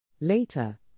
Later